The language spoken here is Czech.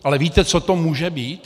Ale víte, co to může být?